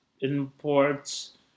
imports